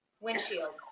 windshield